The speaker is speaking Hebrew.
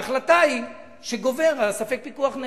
ההחלטה היא שגובר הספק פיקוח נפש,